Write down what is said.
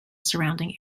surrounding